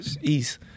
East